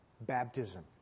baptism